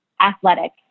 athletic